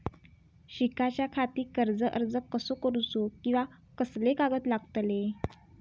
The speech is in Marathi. शिकाच्याखाती कर्ज अर्ज कसो करुचो कीवा कसले कागद लागतले?